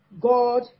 God